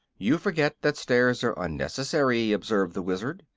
you forget that stairs are unnecessary, observed the wizard.